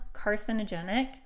carcinogenic